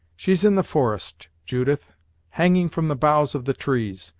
she's in the forest, judith hanging from the boughs of the trees,